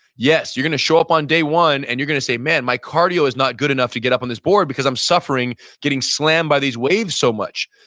yes, you're going to show up on day one and you're gonna say, man, my cardio is not good enough to get up this board because i'm suffering getting slammed by these waves so much.